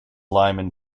lyman